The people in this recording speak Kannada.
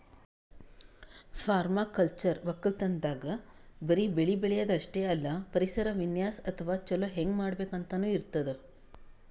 ಪರ್ಮಾಕಲ್ಚರ್ ವಕ್ಕಲತನ್ದಾಗ್ ಬರಿ ಬೆಳಿ ಬೆಳ್ಯಾದ್ ಅಷ್ಟೇ ಅಲ್ಲ ಪರಿಸರ ವಿನ್ಯಾಸ್ ಅಥವಾ ಛಲೋ ಹೆಂಗ್ ಮಾಡ್ಬೇಕ್ ಅಂತನೂ ಇರ್ತದ್